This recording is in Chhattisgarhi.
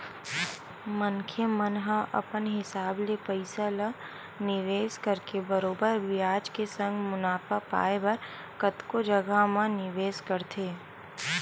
मनखे मन ह अपन हिसाब ले पइसा ल निवेस करके बरोबर बियाज के संग मुनाफा पाय बर कतको जघा म निवेस करथे